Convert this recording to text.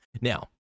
Now